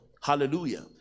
hallelujah